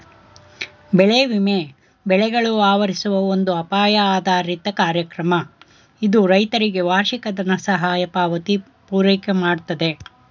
ಬೆಳೆ ವಿಮೆ ಬೆಳೆಗಳು ಆವರಿಸುವ ಒಂದು ಅಪಾಯ ಆಧಾರಿತ ಕಾರ್ಯಕ್ರಮ ಇದು ರೈತರಿಗೆ ವಾರ್ಷಿಕ ದನಸಹಾಯ ಪಾವತಿ ಪೂರೈಕೆಮಾಡ್ತದೆ